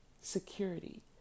security